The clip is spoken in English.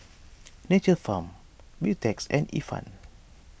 Nature's Farm Beautex and Ifan